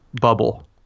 bubble